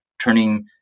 turning